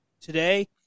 Today